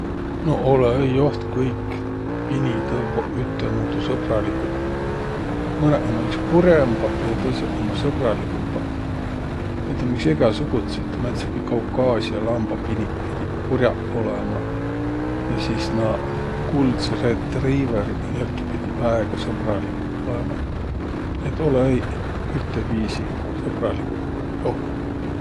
No olõ-õi joht kõik pinitõvvoq üttemuudu sõbraliguq. Mõnõq ummaq iks kur'õmbaq ja tõõsõq ummaq sõbraligumbaq. Näid um iks egäsugutsit. Määntsegiq kaukaasia lambapiniq pidiq kur'aq olõma ja sis naaq kuldsõq retriiveriq pidiq väega sõbraliguq olõma. Nii et olõ-õiq ütteviisi sõbraliguq joht.